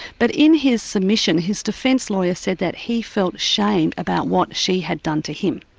but in his submission, his defence lawyer said that he felt shamed about what she had done to him.